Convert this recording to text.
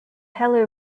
heller